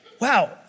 wow